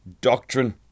doctrine